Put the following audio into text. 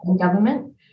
government